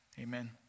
amen